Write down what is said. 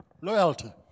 Loyalty